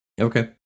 Okay